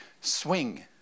swing